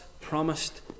promised